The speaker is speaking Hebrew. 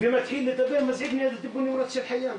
ומתחיל להזעיק ניידות טיפול נמרץ של חייאן,